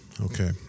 Okay